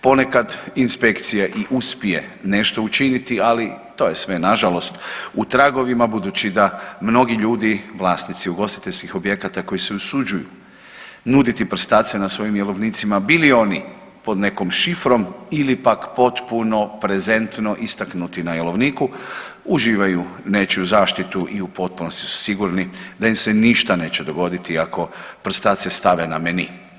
Ponekad inspekcija i uspije nešto učiniti, ali to je sve nažalost u tragovima budući da mnogi ljudi vlasnici ugostiteljskih objekata koji se usuđuju nuditi prstace na svojim jelovnicima bili oni pod nekom šifrom ili pak potpuno prezentno istaknuti na jelovniku uživaju nečiju zaštitu i u potpunosti su sigurni da im se ništa neće dogoditi ako prstace stave na meni.